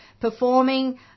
performing